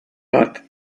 but